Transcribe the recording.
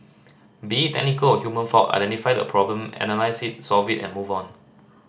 be it technical or human fault identify the problem and analyse it solve it and move on